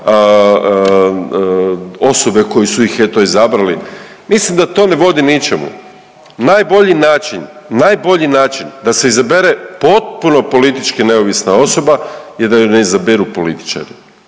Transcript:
osobe koje su ih eto, izabrali. Mislim da to ne vodi ničemu. Najbolji način, najbolji način da se izabere potpuno politički neovisna osoba je da je ne izabiru političari